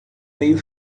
meio